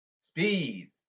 speed